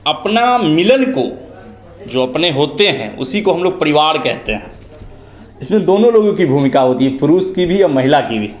अपना मिलन को जो अपने होते हैं उसी को हम लोग परिवार कहते हैं इसमें दोनों लोगों की भूमिका होती है पुरुष की भी और महिला की भी